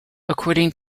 according